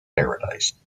paradise